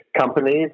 companies